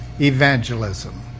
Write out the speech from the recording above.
evangelism